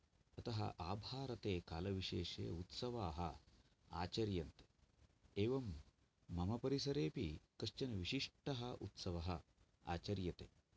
अतः आभारते कालविशेषे उत्सवाः आचर्यन्ते एवं मम परिसरे अपि कश्चन विशिष्टः उत्सवः आचर्यते